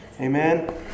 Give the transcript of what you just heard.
Amen